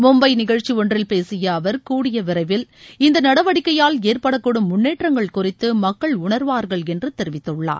மும்பையில் நிகழ்ச்சி ஒன்றில் பேசிய அவர் கூடிய விரைவில் இந்த நடவடிக்கையால் ஏற்பட கூடும் முன்னேற்றங்கள் குறித்து மக்கள் உணர்வார்கள் என்று தெரிவித்துள்ளார்